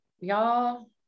Y'all